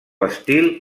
estil